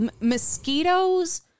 mosquitoes